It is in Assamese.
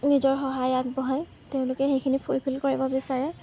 নিজৰ সহায় আগবঢ়ায় তেওঁলোকে সেইখিনি ফুলফিল কৰিব বিচাৰে